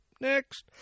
next